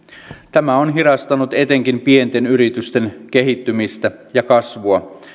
tämä on hidastanut etenkin pienten yritysten kehittymistä ja kasvua